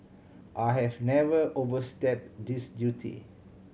I have never overstep this duty